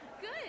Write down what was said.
Good